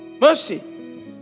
Mercy